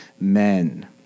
men